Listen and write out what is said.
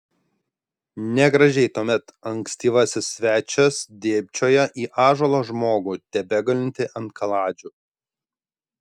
negražiai tuomet ankstyvasis svečias dėbčiojo į ąžuolo žmogų tebegulintį ant kaladžių